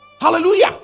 hallelujah